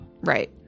Right